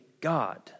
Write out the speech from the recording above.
God